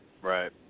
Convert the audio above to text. Right